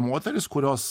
moterys kurios